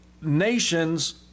nations